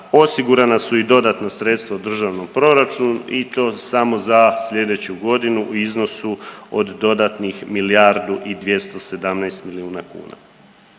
osigurana su i dodatna sredstva u državnom proračunu i to samo za sljedeću godinu u iznosu od dodatnih milijardu i 217 milijuna kuna.